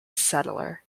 settler